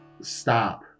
Stop